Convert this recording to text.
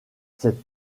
cette